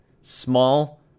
Small